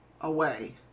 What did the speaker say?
away